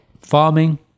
Farming